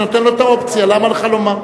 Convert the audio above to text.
אני נותן לו את האופציה, למה לך לומר?